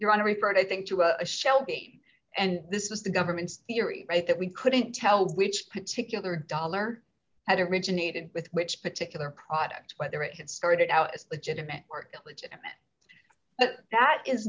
you're on a report i think to a shell game and this is the government's theory right that we couldn't tell which particular dollar had originated with which particular product whether it started out as legitimate or illegitimate but that is